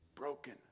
broken